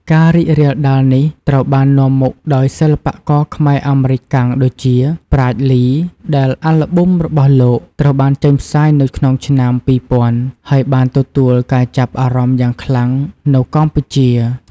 ការរីករាលដាលនេះត្រូវបាននាំមុខដោយសិល្បករខ្មែរ-អាមេរិកាំងដូចជា ប្រាជ្ញ លី ដែលអាល់ប៊ុមរបស់លោក ត្រូវបានចេញផ្សាយនៅក្នុងឆ្នាំ ២០០០ហើយបានទទួលការចាប់អារម្មណ៍យ៉ាងខ្លាំងនៅកម្ពុជា។